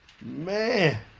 man